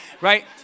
right